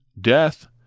Death